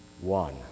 one